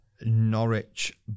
Norwich